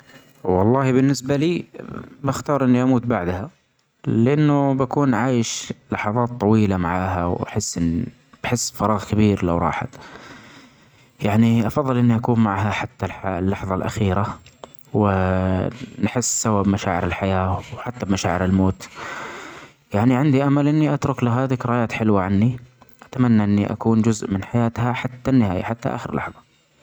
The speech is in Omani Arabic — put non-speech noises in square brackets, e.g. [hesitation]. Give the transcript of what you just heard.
والله بالنسبة لي بختار إني أموت بعدها لأنه بكون عايش لحظات طويلة معاها ،وأحس ان-أحس بفراغ كبير لو راحت ، يعني أفظل إني أكون معاها حتي الح-اللحظة الأخيرة و [hesitation] نحس سوا بمشاعر الحياة وحتي مشاعر الموت ، يعني عندي أمل إني أترك لها ذكريات حلوة عني أتمني إني أكون جزء من حياتها حتي النهاية حتي آخر لحظة.